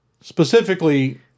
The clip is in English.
Specifically